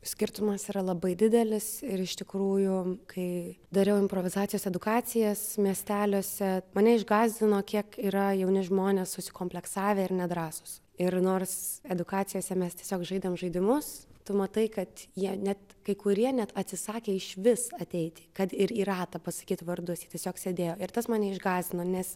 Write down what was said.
skirtumas yra labai didelis ir iš tikrųjų kai dariau improvizacijos edukacijas miesteliuose mane išgąsdino kiek yra jauni žmonės susikompleksavę ir nedrąsūs ir nors edukacijose mes tiesiog žaidėm žaidimus tu matai kad jie net kai kurie net atsisakė išvis ateiti kad ir į ratą pasakyt vardus tiesiog sėdėjo ir tas mane išgąsdino nes